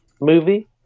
movie